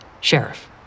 Sheriff